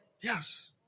Yes